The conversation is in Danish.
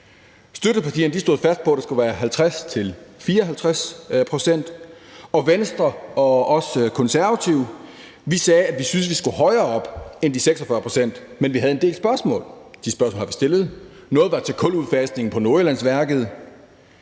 Støttepartierne stod fast på, at det skulle være 50 til 54 pct., og Venstre og også Konservative sagde, at vi syntes, vi skulle højere op end de 46 pct., men vi havde en del spørgsmål. De spørgsmål har vi stillet. Noget var til kuludfasning på Nordjyllandsværket,